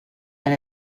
and